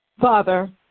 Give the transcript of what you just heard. Father